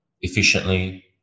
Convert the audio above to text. efficiently